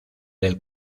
del